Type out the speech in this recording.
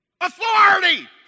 Authority